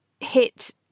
hit